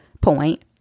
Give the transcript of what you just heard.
point